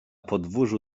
podwórzu